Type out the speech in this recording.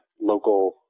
local